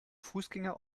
fußgänger